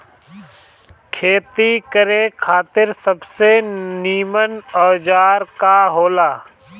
खेती करे खातिर सबसे नीमन औजार का हो ला?